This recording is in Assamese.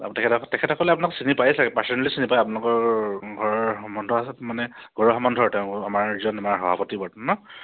তেখেতক তেখেতসকলে আপোনাক চিনি পাই চাগৈ পাৰ্চনেলি চিনি পায় আপোনালোকৰ ঘৰৰ সম্বন্ধ আছে মানে ঘৰৰ সম্বন্ধ তেওঁৰ আমাৰ যিজন আমাৰ সভাপতি বৰ্তমান